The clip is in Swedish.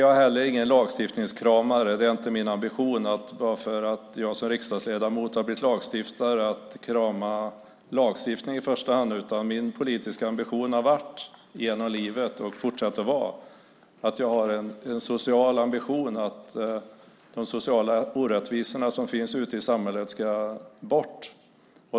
Nej, inte heller jag är någon lagstiftningskramare. Det är inte min ambition att bara för att jag som riksdagsledamot har blivit lagstiftare i första hand krama lagstiftningen. Genom livet har min politiska ambition varit - och så fortsätter det att vara - att de sociala orättvisor som finns ute i samhället ska bort.